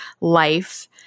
life